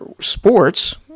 sports